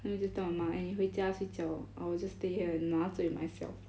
eh 你回家睡觉 I'll just stay here and 麻醉 myself